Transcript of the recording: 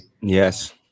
Yes